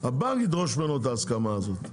הבנק ידרוש ממנו את ההסכמה הזאת.